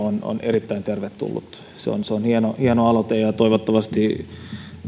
lopettamisesta on erittäin tervetullut se on se on hieno hieno aloite ja toivottavasti